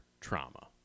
trauma